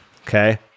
Okay